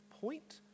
Point